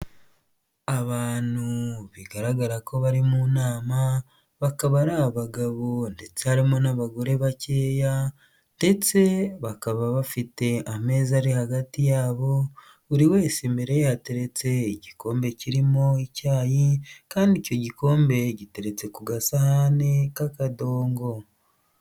Abantu bigaragara ko bari mu nama bakaba ari abagabo ndetse harimo n'abagore bakeya ndetse bakaba bafite ameza ari hagati yabo buri wese mbere hateretse igikombe kirimo icyayi kandi icyo gikombe giteretse ku gasahani k'akadongo.